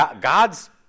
God's